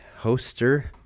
hoster